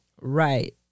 Right